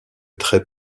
très